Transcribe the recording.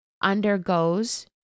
undergoes